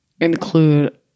include